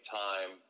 time